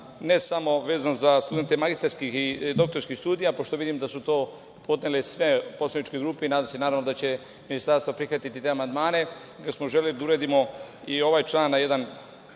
ne samo vezano za studente magistarskih i doktorskih studija, pošto vidim da su to podnele sve poslaničke grupe, i nadam se, naravno, da će Ministarstvo prihvatiti te amandmane, nego smo želeli da uredimo i ovaj član na jedan,